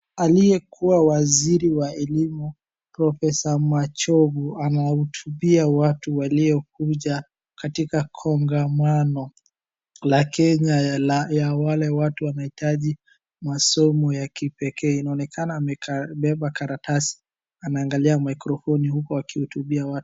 Aliyekuwa waziri wa Elimu, Profesa Machogu, anahutubia watu waliokuja katika Kongamano la Kenya ya wale watu wanaohitaji masomo ya kipekee. Inaonekana amebeba karatasi anaangalia mikrofoni huku akihutubia watu.